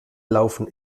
laufen